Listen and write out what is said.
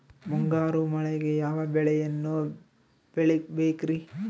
ಮುಂಗಾರು ಮಳೆಗೆ ಯಾವ ಬೆಳೆಯನ್ನು ಬೆಳಿಬೇಕ್ರಿ?